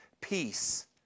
peace